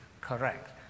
correct